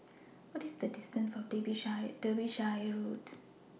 What IS The distance to Derbyshire Road